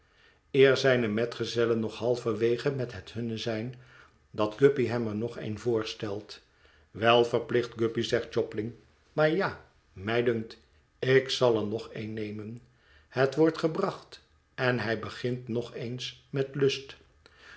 eer zijne metgezellen nog halverwege met het hunne zijn dat guppy hem er nog een voorstelt wel verplicht guppy zegt jobling maar ja mij dunkt ik zal er nog een nemen het wordt gebracht en hij begint nog eens met lust